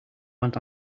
want